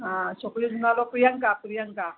हा छोकरीअ जो नालो प्रियंका प्रियंका